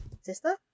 sister